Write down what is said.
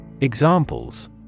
Examples